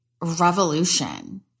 revolution